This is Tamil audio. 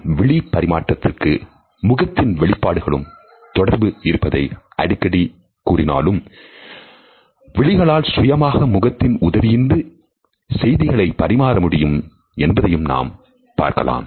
நம் விழி பரிமாற்றத்திற்கும் முகத்தின் வெளிப்பாடுகளுக்கும் தொடர்பு இருப்பதை அடிக்கடி கூறினாலும் விழிகளால் சுயமாக முகத்தின் உதவியின்றி செய்திகளை பரிமாற முடியும் என்பதையும் நாம் பார்க்கலாம்